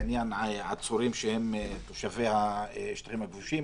בעניין עצורים שהם תושבי השטחים הכבושים.